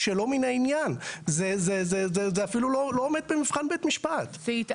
זה לא על דברים שהם משהו שהיא החליטה רק על סמך התרשמות שלה,